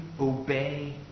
obey